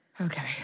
Okay